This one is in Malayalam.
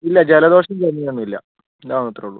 ഇല്ല ജലദോഷം ചുമയൊന്നും ഇല്ല ഇല്ല അത് മാത്രമേ ഉള്ളൂ